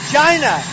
China